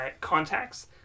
contacts